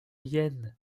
yen